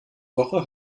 woche